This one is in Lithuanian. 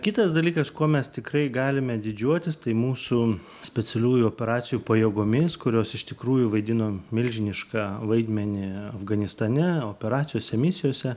kitas dalykas kuo mes tikrai galime didžiuotis tai mūsų specialiųjų operacijų pajėgomis kurios iš tikrųjų vaidino milžinišką vaidmenį afganistane operacijose misijose